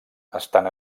estan